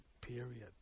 period